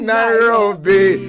Nairobi